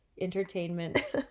entertainment